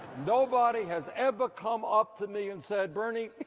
nobody has ever come up to me and said, bernie,